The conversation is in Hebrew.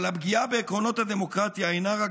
אבל הפגיעה בעקרונות הדמוקרטיה אינה רק